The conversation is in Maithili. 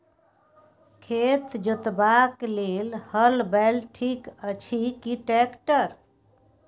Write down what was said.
खेत जोतबाक लेल हल बैल ठीक अछि की ट्रैक्टर?